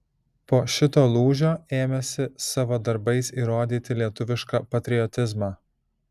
po šito lūžio ėmėsi savo darbais įrodyti lietuvišką patriotizmą